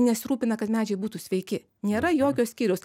nesirūpina kad medžiai būtų sveiki nėra jokio skyriaus